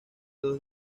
dos